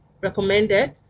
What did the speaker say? recommended